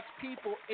people